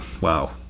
Wow